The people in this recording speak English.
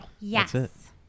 Yes